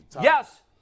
Yes